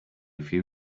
few